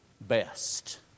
Best